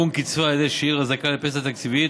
היוון קצבה על ידי שאיר הזכאי לפנסיה תקציבית